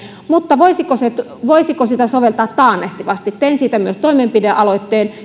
mutta voisiko sitä soveltaa taannehtivasti tein siitä myös toimenpidealoitteen